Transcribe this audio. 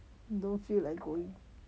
don't feel like going